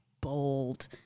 bold